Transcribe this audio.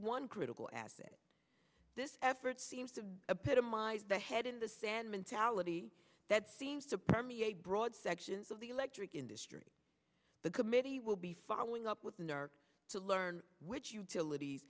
one critical asset this effort seems to appear to my eyes the head in the sand mentality that seems to permeate broad sections of the electric industry the committee will be following up with nerves to learn which utilities